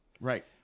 Right